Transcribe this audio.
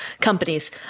companies